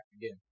again